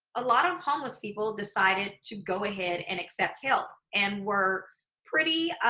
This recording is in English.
a lot of homeless people decided to go ahead and accept help and were pretty,